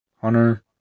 Hunter